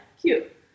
cute